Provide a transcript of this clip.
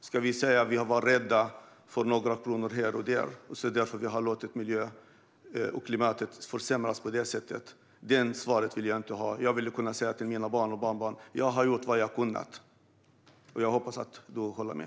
Ska vi säga att vi var rädda för några kronor här och där och att vi därför har låtit miljön och klimatet försämras på det här sättet? Det svaret vill jag inte ge. Jag vill kunna säga till mina barn och barnbarn: Jag har gjort vad jag har kunnat. Jag hoppas att du håller med.